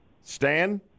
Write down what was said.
Stan